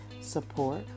support